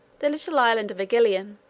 the little island of igilium,